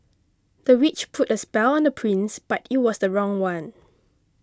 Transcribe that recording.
the witch put a spell on the prince but it was the wrong one